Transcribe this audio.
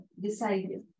decided